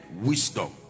wisdom